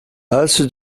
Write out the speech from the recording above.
also